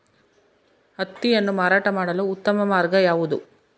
ಹತ್ತಿಯನ್ನು ಮಾರಾಟ ಮಾಡಲು ಉತ್ತಮ ಮಾರ್ಗ ಯಾವುದು?